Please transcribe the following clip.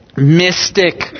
mystic